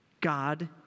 God